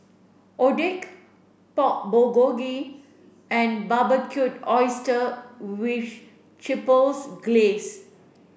Oden Pork Bulgogi and Barbecued Oysters with Chipotle Glaze